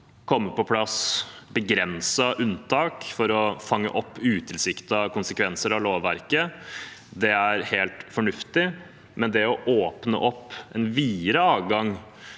komme på plass begrensede unntak for å fange opp utilsiktede konsekvenser av lovverket, er helt fornuftig. Men å åpne opp en videre adgang